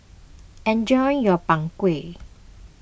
enjoy your Png Kueh